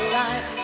life